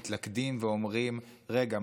מתלכדים ואומרים: רגע,